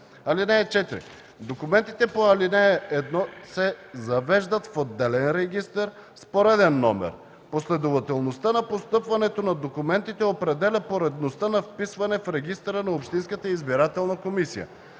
ден. (4) Документите по ал. 1 се завеждат в отделен регистър с пореден номер. Последователността на постъпването на документите определя поредността на вписване в регистъра на общинската избирателна комисия.